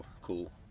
cool